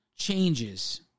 changes